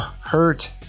hurt